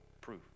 proof